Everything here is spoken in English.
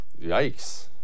Yikes